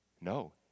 No